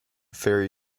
ferry